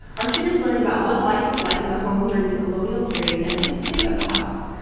our students learned about what life was like in the home during the colonial period and the history of the house.